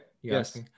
Yes